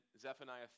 zephaniah